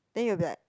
then you will be like